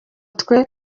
twe